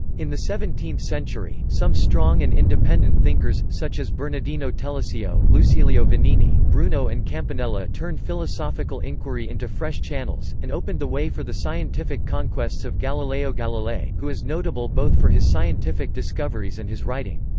in the seventeenth century, some strong and independent thinkers, such as bernardino telesio, lucilio vanini, bruno and campanella turned philosophical inquiry into fresh channels, and opened the way for the scientific conquests of galileo galilei, who is notable both for his scientific discoveries and his writing.